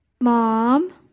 Mom